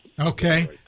Okay